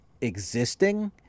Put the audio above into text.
existing